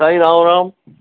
Sai Ram Ram